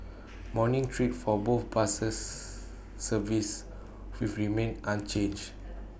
morning trips for both buses services with remain unchanged